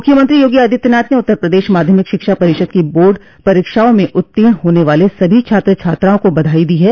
मुख्यमंत्री योगी आदित्यनाथ ने उत्तर प्रदेश माध्यमिक शिक्षा परिषद की बोर्ड परीक्षाओं में उत्तीर्ण होने वाले सभी छात्र छात्राओं को बधाई दी है